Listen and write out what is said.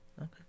okay